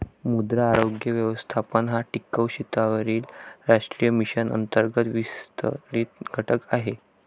मृदा आरोग्य व्यवस्थापन हा टिकाऊ शेतीवरील राष्ट्रीय मिशन अंतर्गत विस्तारित घटक आहे